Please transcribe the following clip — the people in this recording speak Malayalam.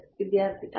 വിദ്യാർത്ഥി അതെയോ